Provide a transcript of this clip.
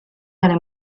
dalle